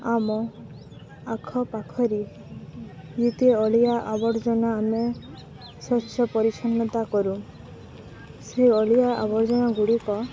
ଆମ ଆଖପାଖରେ ଯେତେ ଅଳିଆ ଆବର୍ଜନା ଆମେ ସ୍ୱଚ୍ଛ ପରିଚ୍ଛନ୍ନତା କରୁ ସେଇ ଅଳିଆ ଆବର୍ଜନା ଗୁଡ଼ିକ